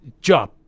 job